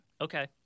Okay